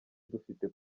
dufite